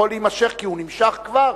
יכול להימשך, כי הוא נמשך כבר